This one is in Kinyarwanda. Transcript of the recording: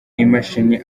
imashini